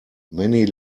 many